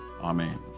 Amen